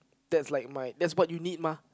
that's like my that's what you need mah